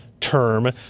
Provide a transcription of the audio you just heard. term